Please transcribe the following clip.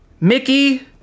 Mickey